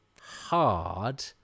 hard